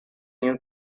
new